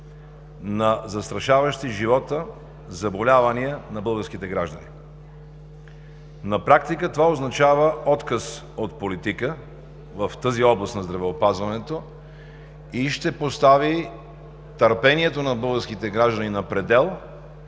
на застрашаващи живота заболявания на българските граждани. На практика това означава отказ от политика в тази област на здравеопазването и ще постави търпението на българските граждани на предел.